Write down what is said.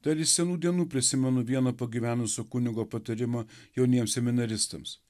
dar iš senų dienų prisimenu vieną pagyvenusio kunigo patarimą jauniems seminaristams